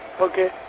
Okay